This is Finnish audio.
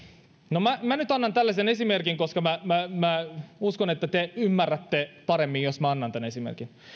annan nyt tällaisen esimerkin koska uskon että te ymmärrätte paremmin jos annan tämän esimerkin